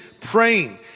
praying